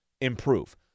improve